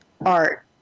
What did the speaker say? art